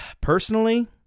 Personally